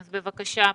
בבקשה,